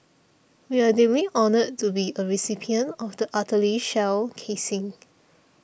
we are deeply honoured to be a recipient of the artillery shell casing